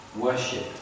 worship